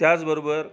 त्याचबरोबर